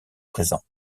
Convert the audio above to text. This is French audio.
présents